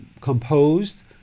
composed